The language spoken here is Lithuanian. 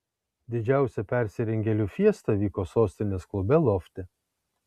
didžiausia persirengėlių fiesta vyko sostinės klube lofte